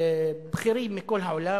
בכירים מכל העולם,